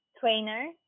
trainer